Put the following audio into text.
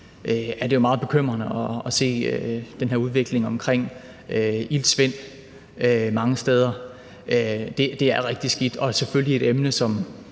nu er meget bekymrende at se den her udvikling med iltsvind mange steder. Det er rigtig skidt og selvfølgelig et emne, som